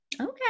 Okay